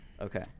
Okay